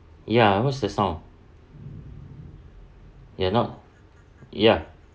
ya what's the song ya not ya